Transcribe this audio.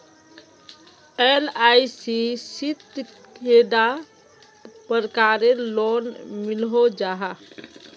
LIC शित कैडा प्रकारेर लोन मिलोहो जाहा?